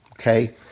okay